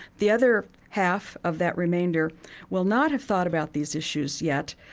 the other half of that remainder will not have thought about these issues yet,